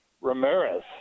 Ramirez